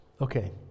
Okay